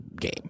game